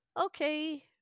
okay